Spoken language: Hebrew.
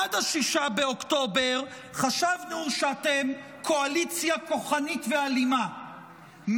עד 6 באוקטובר חשבנו שאתם קואליציה כוחנית ואלימה,